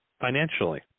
financially